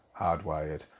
hardwired